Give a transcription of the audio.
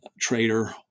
trader